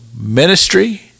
ministry